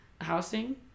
housing